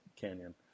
canyon